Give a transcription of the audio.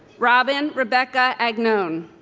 robin rebecca agnone